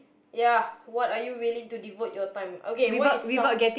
ya what are you willing to devote your time okay what is something